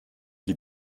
die